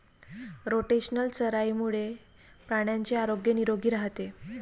rotational चराईमुळे प्राण्यांचे आरोग्य निरोगी राहते